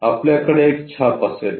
तर आपल्याकडे एक छाप असेल